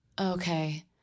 Okay